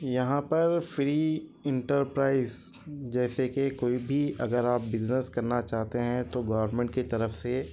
یہاں پر free enterprise جیسے کہ کوئی بھی اگر آپ بزنیس کرنا چاہتے ہیں تو گورنمنٹ کی طرف سے